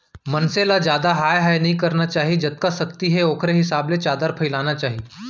मनसे ल जादा हाय हाय नइ करना चाही जतका सक्ति हे ओखरे हिसाब ले चादर फइलाना चाही